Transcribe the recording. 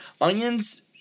Onions